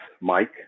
Mike